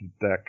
deck